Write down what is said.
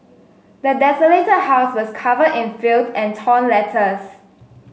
the desolated house was covered in filth and torn letters